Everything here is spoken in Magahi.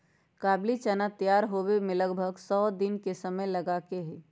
काबुली चना तैयार होवे में लगभग सौ दिन के समय लगा हई